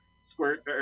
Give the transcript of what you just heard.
squirt